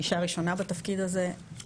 אישה ראשונה בתפקיד הזה,